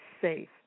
safe